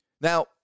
Now